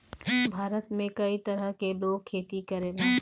भारत में कई तरह से लोग खेती करेला